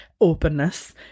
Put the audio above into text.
openness